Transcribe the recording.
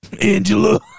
Angela